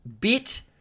bit